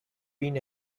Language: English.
been